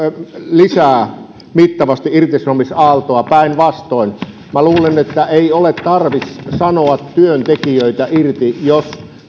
lisää mittavasti irtisanomisaaltoa päinvastoin luulen ettei ole tarvis sanoa työntekijöitä irti jos